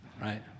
right